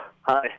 hi